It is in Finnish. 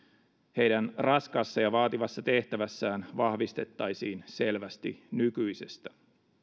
heidän raskaassa ja vaativassa tehtävässään vahvistettaisiin selvästi nykyisestä